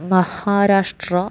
Maharashtra